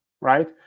Right